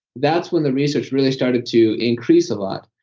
that's when the research really started to increase a lot.